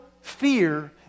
fear